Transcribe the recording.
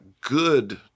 good